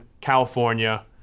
California